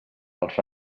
els